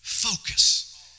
Focus